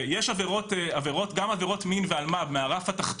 ויש עבירות, גם עבירות מין ואלמ"ב מהרף התחתון,